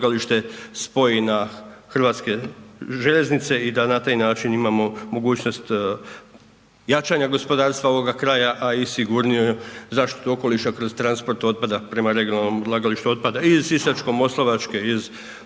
odlagalište spoji na Hrvatske željeznice i da na taj način imamo mogućnost jačanja gospodarstva ovoga kraja, a i sigurniju zaštitu okoliša kroz transport otpada prema regionalnom odlagalištu otpada i iz Sisačko-moslavačke i